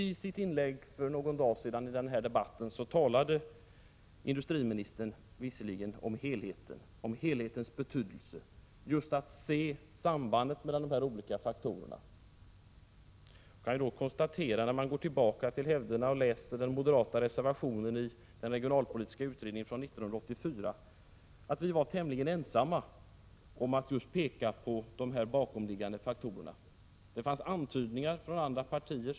I sitt inlägg för någon dag sedan i den här debatten talade industriministern om helhetens betydelse. Det gällde just att se sambandet mellan dessa olika faktorer. Man kan då konstatera, när man går tillbaka till hävderna och läser den moderata reservationen i den regionalpolitiska utredningen från 1984, att vi var tämligen ensamma om att peka på dessa bakomliggande faktorer. Det fanns antydningar från andra partier.